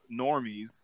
normies